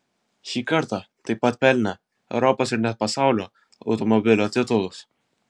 ši karta taip pat pelnė europos ir net pasaulio automobilio titulus